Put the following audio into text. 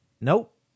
Nope